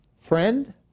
friend